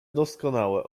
doskonałe